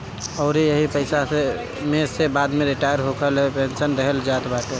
अउरी एही पईसा में से बाद में रिटायर होखला पे पेंशन देहल जात बाटे